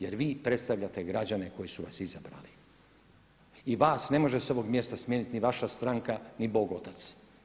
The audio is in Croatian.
Jer vi predstavljate građane koji su vas izabrali i vas ne može s ovog mjesta smijeniti ni vaša stranka, ni bog otac.